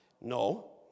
No